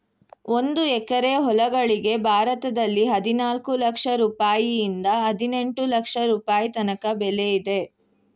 ಒಂದು ಎಕರೆ ಹೊಲಗಳಿಗೆ ಭಾರತದಲ್ಲಿ ಹದಿನಾಲ್ಕು ಲಕ್ಷ ರುಪಾಯಿಯಿಂದ ಹದಿನೆಂಟು ಲಕ್ಷ ರುಪಾಯಿ ತನಕ ಬೆಲೆ ಇದೆ